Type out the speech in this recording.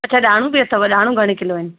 अच्छा डाणू बि अथव डाणू घणे किलो आहिनि